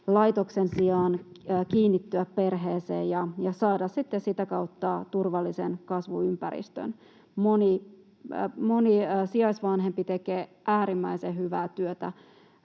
laitoksen sijaan kiinnittyä perheeseen ja saada sitten sitä kautta turvallisen kasvuympäristön. Moni sijaisvanhempi tekee äärimmäisen hyvää työtä